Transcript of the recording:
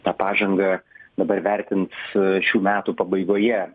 tą pažangą dabar vertints šių metų pabaigoje